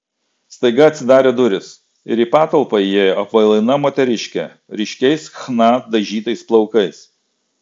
staiga atsidarė durys ir į patalpą įėjo apvalaina moteriškė ryškiais chna dažytais plaukais